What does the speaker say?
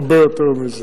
הרבה יותר מזה.